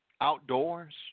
outdoors